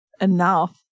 enough